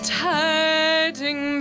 tiding